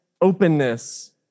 openness